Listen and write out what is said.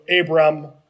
Abram